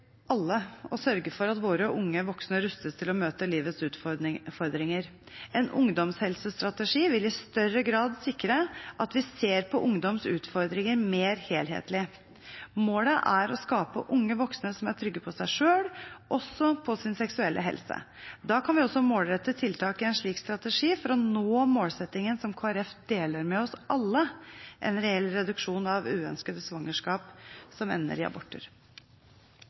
alle å sørge for at våre unge voksne rustes til å møte livets utfordringer. En ungdomshelsestrategi vil i større grad sikre at vi ser på ungdoms utfordringer mer helhetlig. Målet er å skape unge voksne som er trygge på seg selv, også på sin seksuelle helse. Da kan vi også målrette tiltak i en slik strategi for å nå målsettingen som Kristelig Folkeparti deler med oss alle – en reell reduksjon av antallet uønskede svangerskap som ender i aborter.